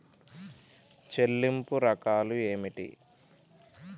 చెల్లింపు రకాలు ఏమిటి?